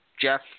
Jeff